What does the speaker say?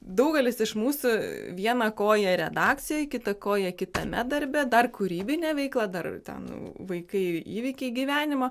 daugelis iš mūsų viena koja redakcijoj kita koja kitame darbe dar kūrybinė veikla dar ten vaikai įvykiai gyvenimo